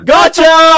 Gotcha